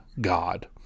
God